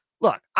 look